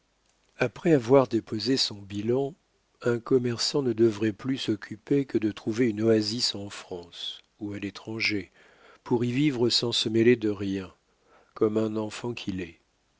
après avoir déposé son bilan un commerçant ne devrait plus s'occuper que de trouver une oasis en france ou à l'étranger pour y vivre sans se mêler de rien comme un enfant qu'il est